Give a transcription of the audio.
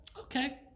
okay